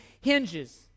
hinges